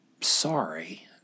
sorry